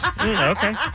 Okay